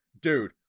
Dude